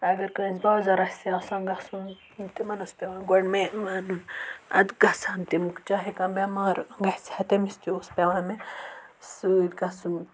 اگر کٲنٛسہِ بازَر آسہِ آسان گَژھُن تِمَن ٲس پیٚوان گۄڈٕ میٚیہِ وَنُن اَدٕ گژھَن تِم چاہے کانٛہہ بؠمار گَژھِ ہا تٔمِس تہِ اوس پیٚوان مےٚ سۭتۍ گَژھُن